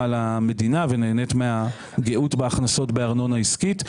על המדינה ונהנית מהגאות בהכנסות בארנונה עסקית.